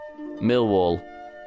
Millwall